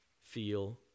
feel